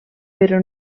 però